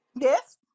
Yes